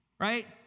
Right